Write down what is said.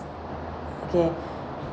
okay